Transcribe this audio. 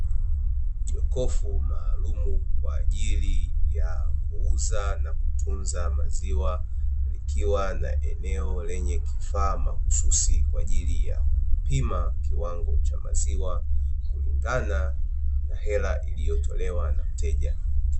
Jokofu maaalumu kwaajili ya kuuza na kutunza maziwa, likiwa na eneo lenye kifaa mahususi kwaajili ya kupima kiwango cha maziwa, kulingana na hela iliyotolewa na mteja.